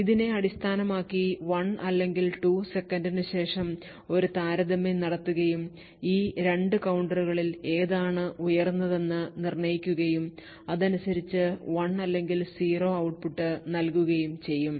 ഇതിനെ അടിസ്ഥാനമാക്കി 1 അല്ലെങ്കിൽ 2 സെക്കൻഡിനുശേഷം ഒരു താരതമ്യം നടത്തുകയും ഈ 2 കൌണ്ടറുകളിൽ ഏതാണ് ഉയർന്നതെന്ന് നിർണ്ണയിക്കുകയും അതിനനുസരിച്ച് 1 അല്ലെങ്കിൽ 0 ഔട്ട്പുട്ട് നൽകുകയും ചെയ്യും